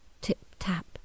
tip-tap